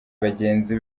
bagenzi